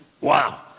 Wow